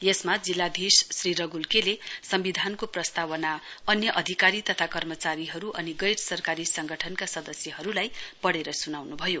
यसमा जिल्लाधीश श्री रग्ल के ले सम्विधानको प्रस्तावना अन्य अधिकारी तथा कर्मचारीहरु अनि गैर सरकारी संगठनका सदस्यहरुलाई पढ्नेर सुनाउनुभयो